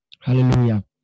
Hallelujah